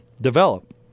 develop